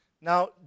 Now